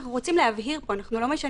אנחנו רוצים להבהיר פה אנחנו לא משנים